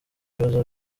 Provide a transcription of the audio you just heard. bibazo